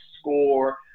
score